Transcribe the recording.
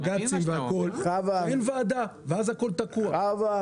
שלא בגלל העדר נציג ציבור